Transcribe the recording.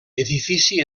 edifici